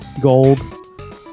gold